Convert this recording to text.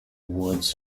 wards